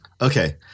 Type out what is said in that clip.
Okay